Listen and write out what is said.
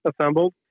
assembled